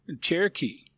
Cherokee